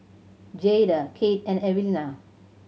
Jayda Kate and Evelena